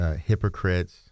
hypocrites